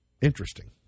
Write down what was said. Interesting